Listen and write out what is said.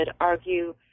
argue